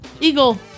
Eagle